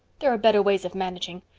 there are better ways of managing.